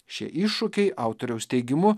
šie iššūkiai autoriaus teigimu